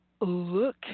look